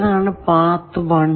ഏതാണ് പാത്ത് 1